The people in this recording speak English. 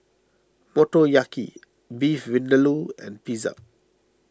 Motoyaki Beef Vindaloo and Pizza